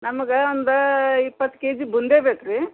ನಮಗೆ ಒಂದು ಇಪ್ಪತ್ತು ಕೆಜಿ ಬೂಂದಿ ಬೇಕು ರಿ